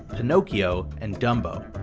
pinocchio, and dumbo.